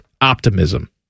optimism